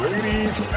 Ladies